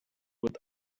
with